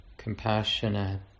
compassionate